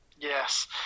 Yes